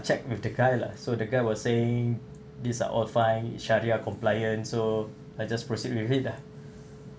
check with the guy lah so the guy was saying these are all fine syariah compliant so I just proceed with it lah